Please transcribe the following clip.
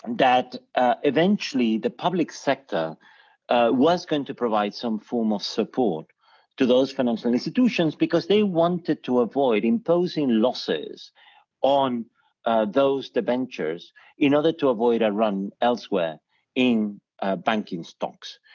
and that eventually the public sector was going to provide some form of support to those financial institutions because they wanted to avoid imposing losses on those debentures in order to avoid a run elsewhere in banking stocks,